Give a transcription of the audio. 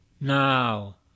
now